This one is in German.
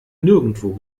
nirgendwo